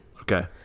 Okay